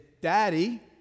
daddy